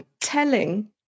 telling